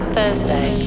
Thursday